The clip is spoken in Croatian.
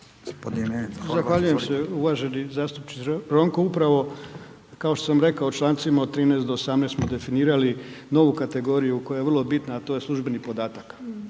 Zahvaljujem se. Uvaženi zastupniče Ronko upravo kao što sam rekao člancima od 13. do 18. smo definirali novu kategoriju koja je vrlo bitna a to je službeni podatak.